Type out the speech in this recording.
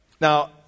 Now